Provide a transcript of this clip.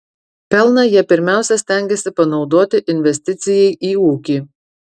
pelną jie pirmiausia stengiasi panaudoti investicijai į ūkį